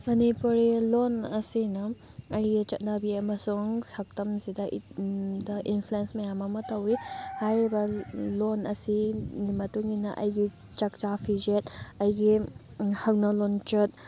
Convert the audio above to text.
ꯃꯅꯤꯄꯨꯔꯤ ꯂꯣꯟ ꯑꯁꯤꯅ ꯑꯩꯒꯤ ꯆꯠꯅꯕꯤ ꯑꯃꯁꯨꯡ ꯁꯛꯇꯝꯁꯤꯗ ꯏꯟꯐ꯭ꯂꯨꯟꯁ ꯃꯌꯥꯝ ꯑꯃ ꯇꯧꯋꯤ ꯍꯥꯏꯔꯤꯕ ꯂꯣꯟ ꯑꯁꯤꯒꯤ ꯃꯇꯨꯡꯏꯟꯅ ꯑꯩꯒꯤ ꯆꯛꯆꯥ ꯐꯤꯖꯦꯠ ꯑꯩꯒꯤ ꯍꯧꯅ ꯂꯣꯟꯆꯠ